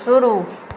शुरू